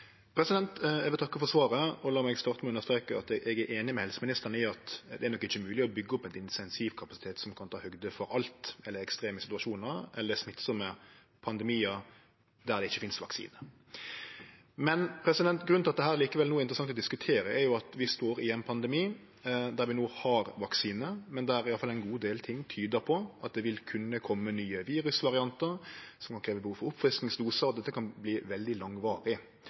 Eg vil takke for svaret, og la meg starte med å understreke at eg er einig med helseministeren i at det nok ikkje er mogleg å byggje opp ein intensivkapasitet som kan ta høgd for alt eller for ekstreme situasjonar eller smittsame pandemiar der det ikkje finst vaksine. Grunnen til at dette likevel er interessant å diskutere no, er at vi står i ein pandemi der vi no har vaksine, men der i alle fall ein god del ting tyder på at det vil kunne kome nye virusvariantar som kan gje behov for oppfriskingsdosar, og at dette kan bli veldig langvarig.